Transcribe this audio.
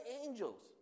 angels